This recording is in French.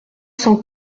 cent